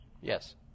Yes